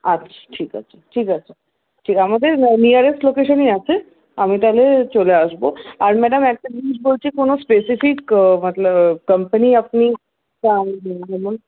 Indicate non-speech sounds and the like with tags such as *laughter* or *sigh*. আচ্ছা ঠিক আছে ঠিক আছে আমাদের নিয়ারেস্ট লোকেশনই আছে আমি তাহলে চলে আসবো আর ম্যাডাম একটা জিনিস বলছি কোনো স্পেসিফিক মতলব কোম্পানি আপনি চান *unintelligible*